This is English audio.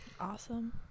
Awesome